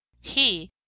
He—